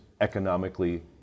economically